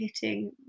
hitting